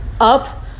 up